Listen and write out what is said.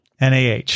NAH